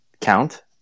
count